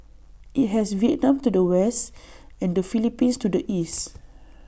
IT has Vietnam to the west and the Philippines to the east